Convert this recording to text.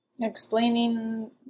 explaining